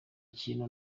kintu